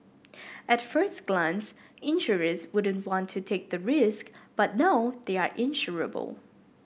at first glance insurers wouldn't want to take the risk but now they are insurable